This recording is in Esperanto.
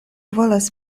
volas